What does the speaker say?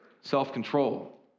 self-control